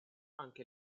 anche